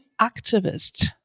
activist